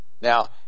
Now